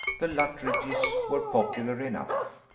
the luttridges were popular enough.